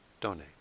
donate